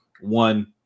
one